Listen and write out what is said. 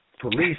Police